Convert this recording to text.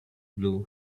blue